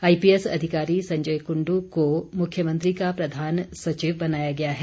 IPS अधिकारी संजय कुंडू को मुख्यमंत्री का प्रधान सचिव बनाया गया है